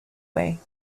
way